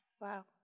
Wow